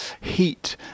heat